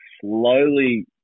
slowly